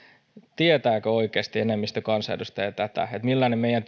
tietääkö oikeasti enemmistökansanedustaja millainen meidän